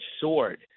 sword